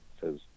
says